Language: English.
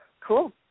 Cool